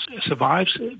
survives